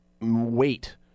wait